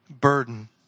burden